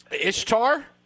Ishtar